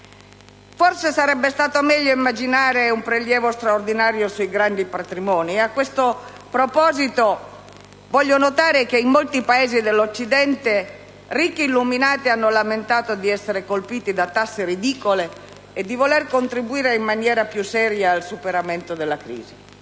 Forse sarebbe stato meglio immaginare un prelievo straordinario sui grandi patrimoni. A tale proposito, vorrei far notare che in molti Paesi dell'Occidente ricchi illuminati hanno lamentato di essere colpiti da tasse ridicole e di voler contribuire in maniera più seria al superamento della crisi.